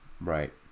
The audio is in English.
Right